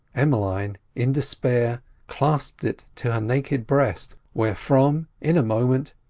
emmeline in despair clasped it to her naked breast, wherefrom, in a moment,